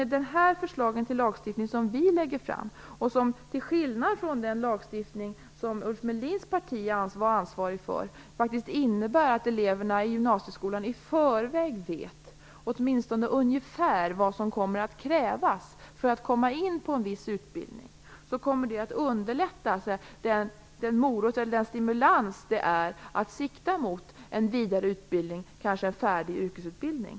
De förslag till lagstiftning som vi lägger fram, som till skillnad från den lagstiftning som Ulf Melins parti var ansvarigt för, innebär faktiskt att eleverna i gymnasieskolan i förväg vet, åtminstone ungefär, vad som kommer att krävas för att komma in på en viss utbildning. Det kommer att underlätta den stimulans som det är att sikta mot en vidareutbildning eller kanske en yrkesutbildning.